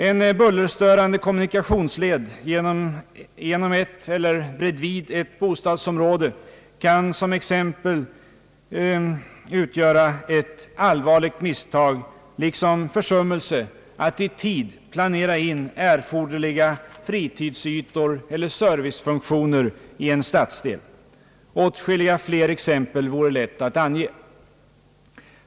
En bullerstörande kommunikationsledsträckning genom eller bredvid ett bostadsområde kan t.ex. utgöra ett allvarligt misstag liksom försummelse att i tid planera in erforderliga fritidsytor eller servicefunktioner i en stadsdel. Åtskilliga fler exempel skulle lätt kunna anges.